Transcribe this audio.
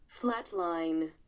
Flatline